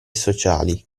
sociali